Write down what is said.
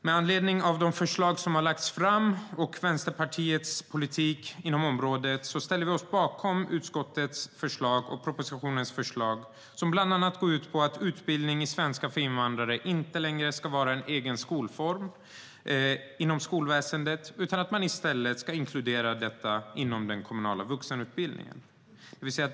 Med anledning av de förslag som har lagts fram och Vänsterpartiets politik inom området ställer vi oss bakom utskottets förslag och propositionen. De går bland annat ut på att utbildning i svenska för invandrare inte längre ska vara en egen skolform inom skolväsendet utan ska i stället inkluderas i den kommunala vuxenutbildningen.